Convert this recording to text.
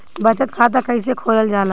बचत खाता कइसे खोलल जाला?